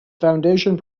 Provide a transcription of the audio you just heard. foundation